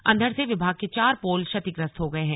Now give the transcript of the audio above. अंधड़ से विभाग के चार पोल क्षतिग्रस्त हो गए हैं